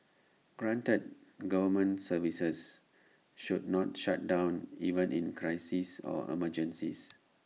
granted government services should not shut down even in crises or emergencies